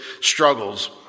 struggles